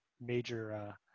major